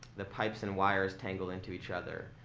the pipes and wires tangle into each other,